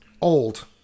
old